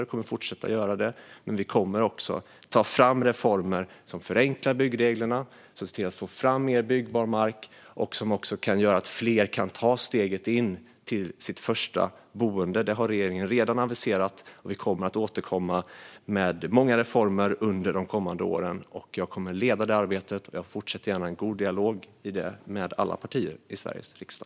Jag kommer att fortsätta göra det, men vi kommer också att ta fram reformer som förenklar byggreglerna och ser till att få fram mer byggbar mark och gör att fler kan ta steget till sitt första boende. Det har regeringen redan aviserat, och vi kommer att återkomma med många reformer under de kommande åren. Jag kommer att leda det arbetet, och jag fortsätter gärna att ha en god dialog om det med alla partier i Sveriges riksdag.